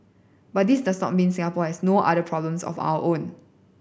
but this does not mean Singapore has no other problems of our own